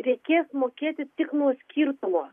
reikės mokėti tik nuo skirtumo